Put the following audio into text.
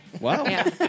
Wow